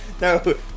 no